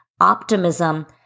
Optimism